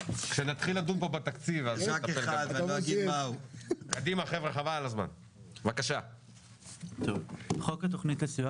תיקון סעיף 26א 1. בחוק התכנית לסיוע